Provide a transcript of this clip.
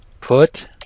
Put